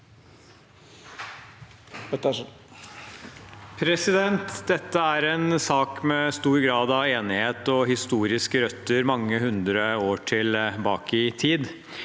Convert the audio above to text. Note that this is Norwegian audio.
Dette er en sak med stor grad av enighet og med historiske røtter mange hundre år tilbake i tid.